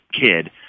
kid